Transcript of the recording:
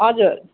हजुर